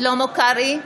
שלמה קרעי,